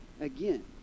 again